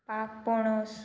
पातपोणोस